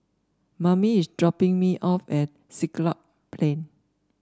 Momy is dropping me off at Siglap Plain